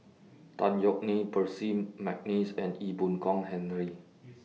Tan Yeok Nee Percy Mcneice and Ee Boon Kong Henry